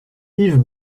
yves